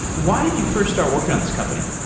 why did you first start working on this company?